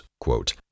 quote